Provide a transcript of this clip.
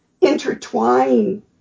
intertwine